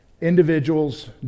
individuals